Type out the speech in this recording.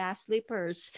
slippers